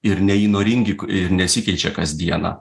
ir neįnoringi ir nesikeičia kasdieną